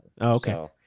Okay